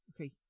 Okay